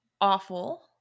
awful